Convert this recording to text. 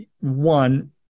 one